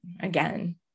again